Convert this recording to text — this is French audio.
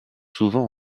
souvent